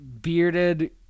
bearded